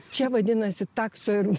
čia vadinasi takso ir